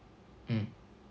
mm